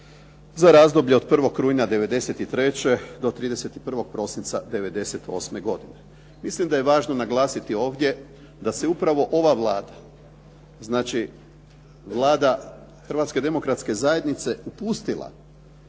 za razdoblje od 1. rujna '93. do 31. prosinca '98. godine. Mislim da je važno naglasiti ovdje da se upravo ova Vlada, znači Vlada Hrvatske demokratske zajednice upustila